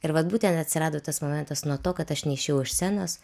ir vat būtent atsirado tas momentas nuo to kad aš neišėjau iš scenos